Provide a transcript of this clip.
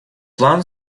план